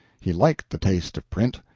he liked the taste of print.